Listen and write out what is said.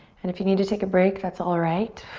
and if you need to take a break, that's alright.